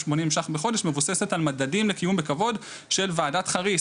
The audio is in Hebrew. הזו מבוססת על מדדים לקיום בכבוד של ועדת חריש,